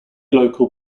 local